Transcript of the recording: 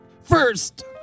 first